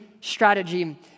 strategy